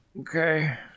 Okay